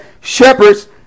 shepherds